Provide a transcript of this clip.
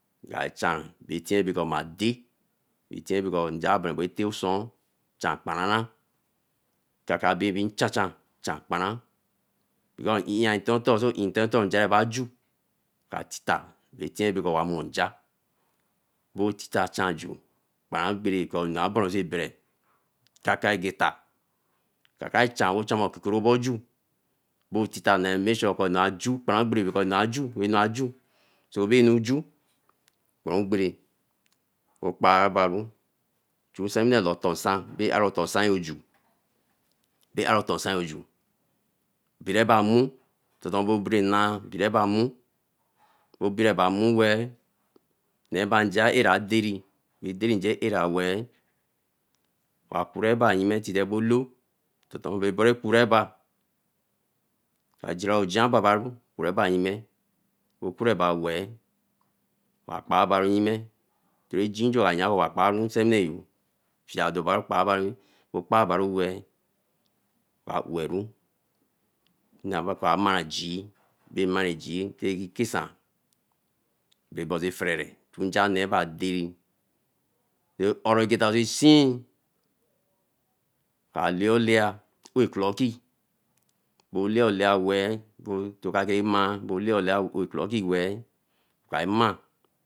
Ngi ehan bae tien bekor ma day, bae tien beker nja dey bo eta osuun. Chan kparon ran, chakabai be Chan Chan, Chan kporan because earn nton otor, oh earn nten otor nja ba ju. Kra tita bae tien ko owa mo nja. Bo titen chan ju, kparan gbere koh enu a ban soe egbere. Ka kan chan weeh ekeke oboju, bo tita, make sure a nu a ju, kparan oshere anu aju, anu aju, ehu nsewine loo otor nsan, bo are otor nsan ju bireba mmi weeh, neeba njar eara ba dari, bae doerin nja eara weeh, owa cureba weeh tite bo loo, aagee ojin a cureba, bo cureba weeh, akpaba yime, okpaba ni weeh wa oweru ba mai gee, ba mai agee, tin ki kesan abode ferere, chu npa neba aderee. Oregata a seen, oka lae olaya wo laolaya weeh kei mai, oka see mai.